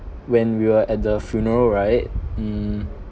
when we were at the funeral right mm